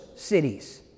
cities